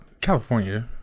California